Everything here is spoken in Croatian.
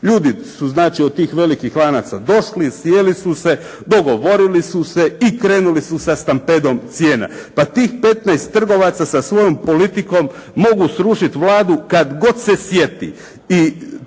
Ljudi su znači od tih velikih lanaca došli, sjeli su se, dogovorili su se i krenuli su sa stampedom cijena. Pa tih 15 trgovaca sa svojom politikom mogu srušiti Vladu kad god se sjeti.